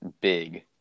big